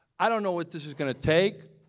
i don't know what this is going to take.